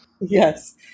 Yes